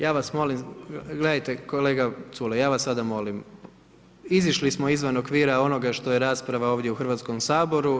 Ja vas molim, gledajte kolega Culej, ja vas sada molim, izišli smo izvan okvira onoga što je rasprava ovdje u Hrvatskom saboru.